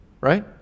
right